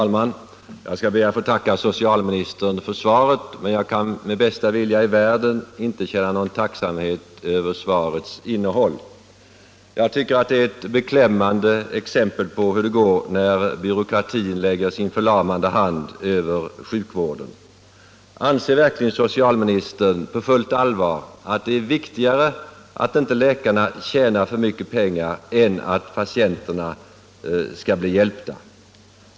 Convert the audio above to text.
Herr talman! Jag ber att få tacka socialministern för svaret. Men jag kan inte med bästa vilja i världen känna någon tacksamhet över svarets innehåll. Jag tycker att detta är ett beklämmande exempel på hur det går när byråkratin lägger sin förlamande hand över sjukvården. Anser verkligen socialministern på fullt allvar att det är viktigare att inte läkarna tjänar för mycket pengar än att patienterna blir hjälpta?